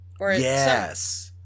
Yes